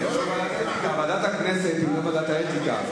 ועדת הכנסת היא לא ועדת האתיקה.